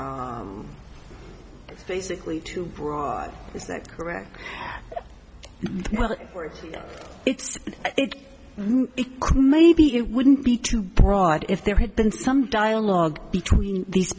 s basically too broad is that correct well it's it maybe it wouldn't be too broad if there had been some dialogue between these